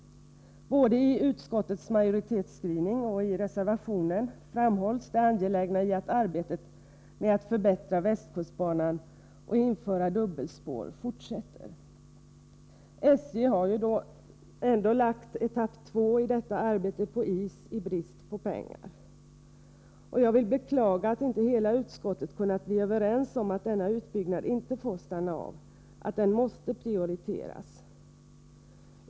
Både i utskottets majoritetsskrivning och i reservationen framhålls det angelägna i att arbetet med att förbättra västkustbanan och införa dubbelspår fortsätter. SJ har dock lagt etapp 2 i detta arbete på is i brist på pengar. Jag vill beklaga att inte hela utskottet kunnat bli överens om att denna utbyggnad inte får stanna av utan måste prioriteras.